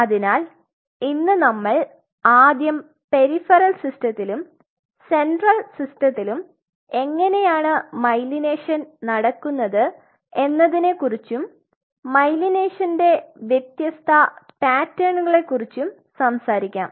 അതിനാൽ ഇന്ന് നമ്മൾ ആദ്യം പെരിഫെറൽ സിസ്റ്റത്തിലും സെൻട്രൽ സിസ്റ്റത്തിലും എങ്ങനെയാണ് മൈലിനേഷൻ നടക്കുന്നത് എന്നതിനെ കുറിച്ചും മൈലിനേഷന്റെ വ്യത്യസ്ത പാറ്റേണുകളെ കുറിച്ചും സംസാരികാം